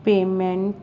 payments